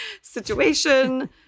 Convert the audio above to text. situation